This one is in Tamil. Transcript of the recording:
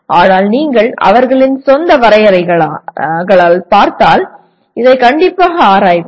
ஆனால் நீங்கள் அவர்களின் சொந்த வரையறைகளால் பார்த்தால் இதை கண்டிப்பாகப் ஆராய்வோம்